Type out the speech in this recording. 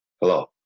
hello